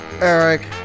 Eric